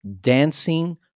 dancing